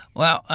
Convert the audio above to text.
well,